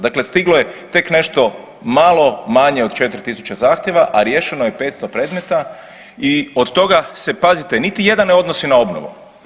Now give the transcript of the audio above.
Dakle, stiglo je tek nešto malo manje od 4000 zahtjeva, a riješeno je 500 predmeta i od toga se pazite niti jedan ne odnosi na obnovu.